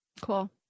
Cool